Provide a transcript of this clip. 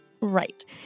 Right